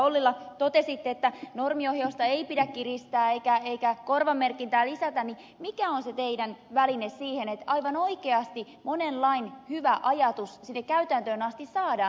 ollila kun totesitte että normiohjausta ei pidä kiristää eikä korvamerkintää lisätä niin mikä on se teidän välineenne siihen että aivan oikeasti monen lain hyvä ajatus sinne käytäntöön asti saadaan